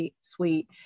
suite